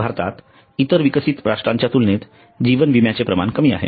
भारतात इतर विकसित राष्ट्रांच्या तुलनेत जीवन विम्याचे प्रमाण कमी आहे